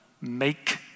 make